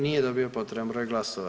Nije dobio potreban broj glasova.